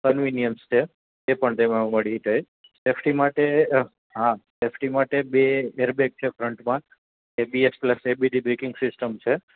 convenience છે એ પણ તેમાં મળી રે સેફટી માટે હા સેફટી માટે બે એરબેગ છે ફ્રન્ટમાં ABS plus ABD braking system છે